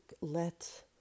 let